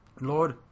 Lord